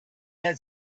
had